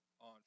on